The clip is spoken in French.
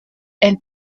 elle